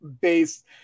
based